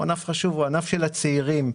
הוא ענף של הצעירים.